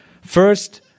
First